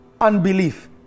unbelief